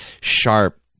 sharp